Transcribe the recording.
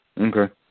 Okay